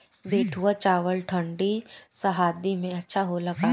बैठुआ चावल ठंडी सह्याद्री में अच्छा होला का?